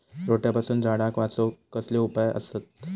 रोट्यापासून झाडाक वाचौक कसले उपाय आसत?